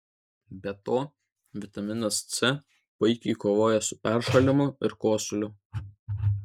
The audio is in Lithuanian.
be to vitaminas c puikiai kovoja su peršalimu ir kosuliu